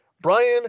brian